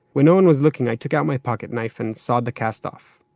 when no one was looking, i took out my pocket-knife, and sawed the cast off.